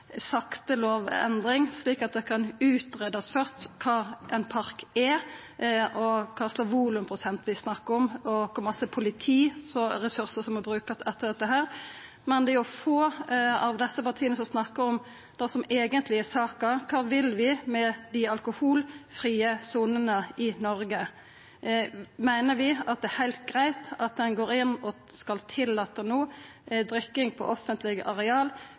sakte lovendring, slik at det først kan greiast ut kva ein park er, kva volumprosent vi snakkar om, og kor mykje politiressursar som må brukast til dette. Det er få i desse partia som snakkar om det som eigentleg er saka: Kva vil vi med dei alkoholfrie sonene i Noreg? Meiner vi det er heilt greitt at ein går inn og tillèt drikking på offentleg areal